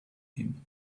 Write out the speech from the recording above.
him